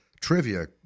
trivia